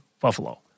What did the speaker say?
Buffalo